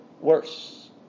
worse